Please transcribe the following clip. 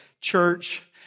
church